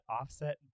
Offset